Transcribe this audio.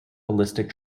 ballistic